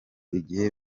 igihe